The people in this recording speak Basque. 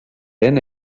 ren